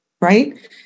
Right